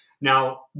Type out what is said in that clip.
Now